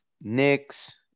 Knicks